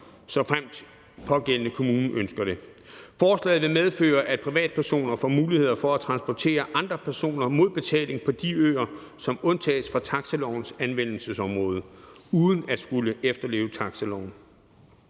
såfremt den pågældende kommune ønsker det. Forslaget vil medføre, at privatpersoner får mulighed for at transportere andre personer mod betaling på de øer, som undtages fra taxilovens anvendelsesområde, uden at skulle efterleve taxiloven.